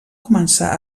començar